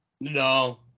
No